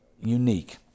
unique